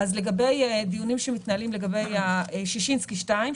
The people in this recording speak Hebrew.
לגבי דיונים שמתנהלים לגבי ששינסקי 2,